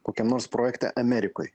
kokiam nors projekte amerikoj